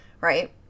right